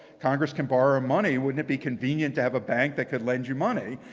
congress can borrow money. wouldn't it be convenient to have a bank that could lend you money?